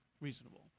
reasonable